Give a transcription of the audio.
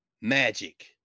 Magic